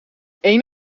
één